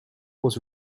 was